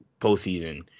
postseason